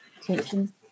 attention